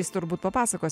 jis turbūt papasakos